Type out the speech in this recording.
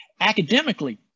academically